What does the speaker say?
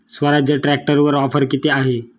स्वराज्य ट्रॅक्टरवर ऑफर किती आहे?